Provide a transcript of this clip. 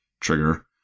trigger